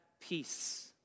peace